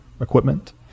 equipment